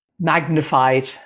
magnified